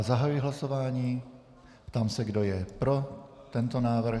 Zahajuji hlasování a ptám se, kdo je pro tento návrh.